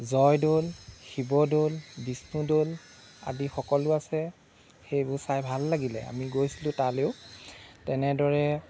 জয়দৌল শিৱদৌল বিষ্ণুদৌল আদি সকলো আছে সেইবোৰ চাই ভাল লাগিলে আমি গৈছিলোঁ তালৈয়ো তেনেদৰে